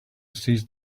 seized